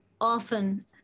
often